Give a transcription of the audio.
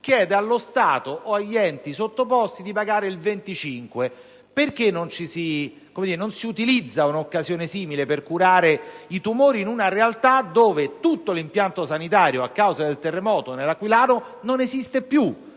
chiede allo Stato o agli enti sottoposti di pagare il restante 25 per cento. Perché non si utilizza un'occasione simile per curare i tumori in una realtà dove tutto l'impianto sanitario, a causa del terremoto nell'aquilano, non esiste più?